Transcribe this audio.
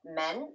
men